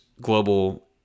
global